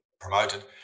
promoted